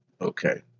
Okay